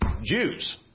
Jews